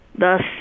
Thus